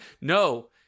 No